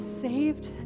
saved